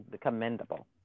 commendable